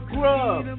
Grub